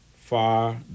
far